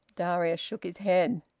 darius shook his head.